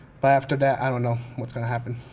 but after that, i don't know what's gonna happen.